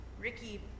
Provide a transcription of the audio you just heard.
Ricky